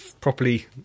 properly